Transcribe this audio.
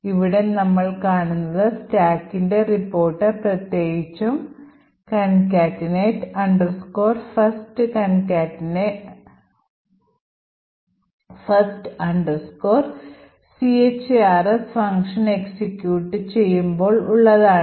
ഇവിടെ നമ്മൾ കാണുന്നത് സ്റ്റാക്കിന്റെ റിപ്പോർട്ട് പ്രത്യേകിച്ചും concatenate first chars function execute ചെയ്യുമ്പോൾ ഉള്ളതാണ്